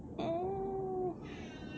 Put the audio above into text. ugh